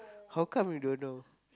how come you don't know